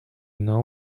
know